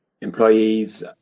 employees